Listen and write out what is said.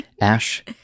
Ash